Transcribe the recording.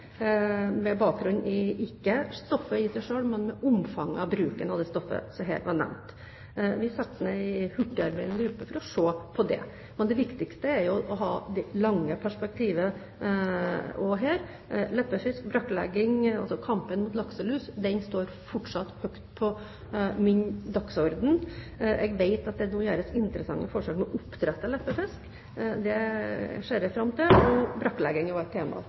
med bakgrunn i ikke stoffet i seg selv, men med omfanget av bruken av det stoffet som her var nevnt. Vi satte ned en hurtigarbeidende gruppe for å se på det. Men det viktigste er jo å ha det lange perspektivet også her. Leppefisk, brakklegging – kampen mot lakselus står fortsatt høyt på min dagsorden. Jeg vet at det nå gjøres interessante forsøk med å oppdrette leppefisk, og jeg ser fram til resultatene av det. Brakklegging er også et tema